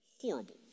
horrible